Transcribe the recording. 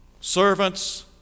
servants